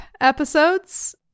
episodes